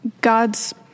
god's